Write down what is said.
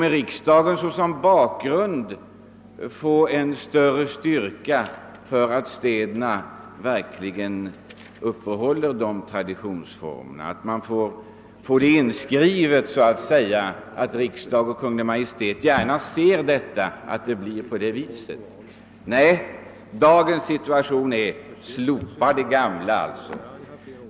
Med riksdagen såsom bakgrund skulle man kunna få en bättre garanti för att städerna verk ligen uppehåller traditionerna; man skulle få det så att säga inskrivet att riksdagen och Kungl. Maj:t gärna ser att man gör det. Men dagens motto är: Slopa det gamla!